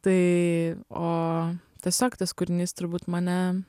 tai o tiesiog tas kūrinys turbūt mane